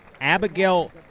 Abigail